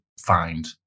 find